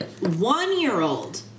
one-year-old